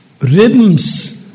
rhythms